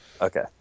Okay